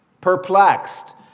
Perplexed